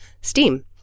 STEAM